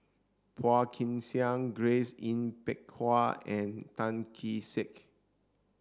Phua Kin Siang Grace Yin Peck Ha and Tan Kee Sek